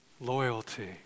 loyalty